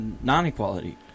non-equality